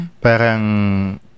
Parang